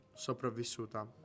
sopravvissuta